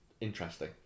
interesting